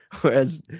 whereas